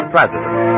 President